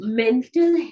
mental